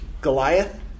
Goliath